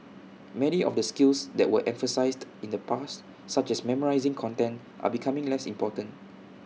many of the skills that were emphasised in the past such as memorising content are becoming less important